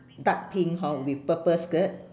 dark pink hor with purple skirt